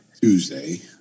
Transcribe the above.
Tuesday